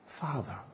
Father